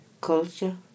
culture